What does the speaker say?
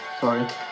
Sorry